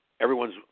everyone's